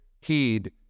heed